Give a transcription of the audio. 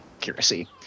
accuracy